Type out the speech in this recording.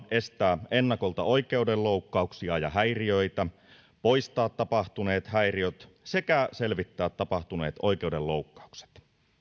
estää ennakolta oikeudenloukkauksia ja häiriöitä poistaa tapahtuneet häiriöt sekä selvittää tapahtuneet oikeudenloukkaukset